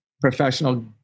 professional